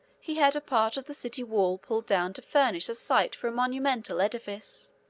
he had a part of the city wall pulled down to furnish a site for a monumental edifice.